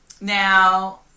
Now